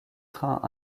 trains